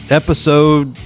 episode